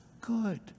good